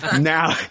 now